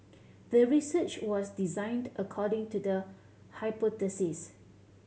the research was designed according to the hypothesis